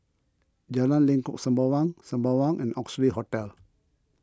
Jalan Lengkok Sembawang Sembawang and Oxley Hotel